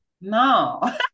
no